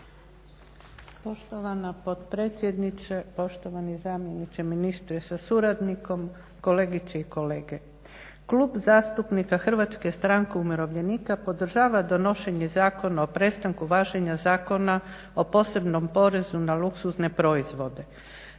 Poštovana potpredsjednice, poštovani zamjeniče ministra sa suradnikom, kolegice i kolege. Klub zastupnika Hrvatske stranke umirovljenika podržava donošenje Zakona o prestanku važenja Zakona o posebnom porezu na luksuzne proizvode.